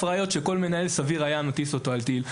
ראיות שכל מנהל סביר היה מטיס אותו על טיל,